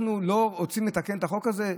אנחנו לא רוצים את החוק הזה?